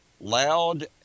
loud